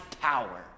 power